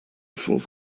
fourth